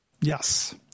yes